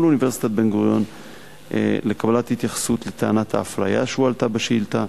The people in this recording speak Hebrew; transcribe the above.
לאוניברסיטת בן-גוריון לקבלת התייחסות לטענת האפליה שהועלתה בשאילתא.